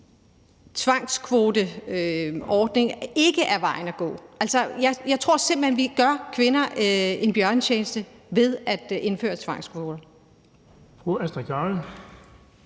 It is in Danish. tvangskvoteordning er vejen at gå. Altså, jeg tror simpelt hen, at vi gør kvinder en bjørnetjeneste ved at indføre tvangskvoter.